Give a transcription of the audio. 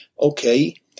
Okay